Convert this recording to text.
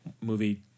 movie